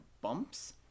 bumps